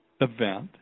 event